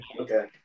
okay